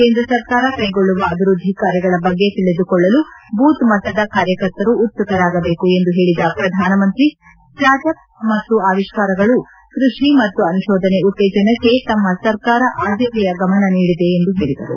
ಕೇಂದ್ರ ಸರ್ಕಾರ ಕೈಗೊಳ್ಳುತ್ತಿರುವ ಅಭಿವೃದ್ಧಿ ಕಾರ್ಯಗಳ ಬಗ್ಗೆ ತಿಳಿದುಕೊಳ್ಳಲು ಬೂತ್ ಮಟ್ವದ ಕಾರ್ಯಕರ್ತರು ಉತ್ಸುಕರಾಗಬೇಕು ಎಂದು ಹೇಳಿದ ಶ್ರಧಾನಮಂತ್ರಿ ಸ್ಟಾರ್ಟ್ ಅಪ್ಸ್ ಮತ್ತು ಆವಿಷ್ಕಾರಗಳು ಕೃಷಿ ಮತ್ತು ಅನುಶೋಧನೆ ಉತ್ತೇಜನಕ್ಕೆ ತಮ್ನ ಸರ್ಕಾರ ಆದ್ದತೆಯ ಗಮನ ನೀಡಿದೆ ಎಂದು ಹೇಳಿದರು